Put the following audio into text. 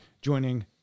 joining